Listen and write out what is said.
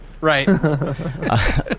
right